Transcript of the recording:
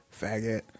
faggot